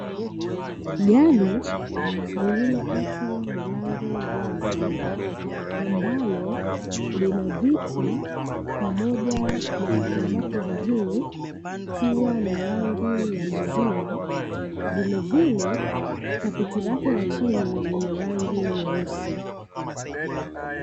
Gari lililoachwa milango wazi ambalo lina viti, pamoja na kuta zake za juu kuwa na rangi ya maziwa. Vilevile kapeti lake la chini lina rangi nyeusi.